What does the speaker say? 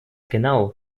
genau